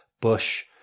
Bush